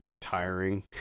tiring